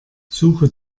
suche